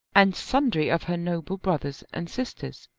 and sundry of her noble brothers and sisters.